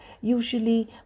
usually